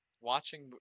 watching